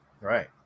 Right